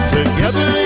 Together